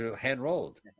hand-rolled